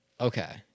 Okay